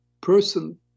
person